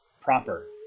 proper